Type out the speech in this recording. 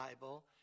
Bible